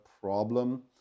problem